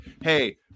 hey